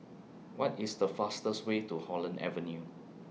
What IS The fastest Way to Holland Avenue